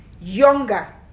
younger